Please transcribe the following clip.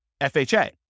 FHA